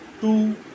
two